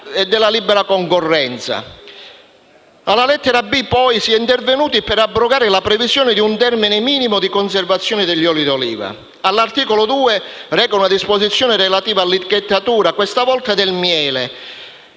e libera concorrenza. Alla lettera *b)*, poi, si è intervenuti per abrogare la previsione di un termine minimo di conservazione degli oli di oliva. L'articolo 2 reca una disposizione relativa all'etichettatura, questa volta del miele,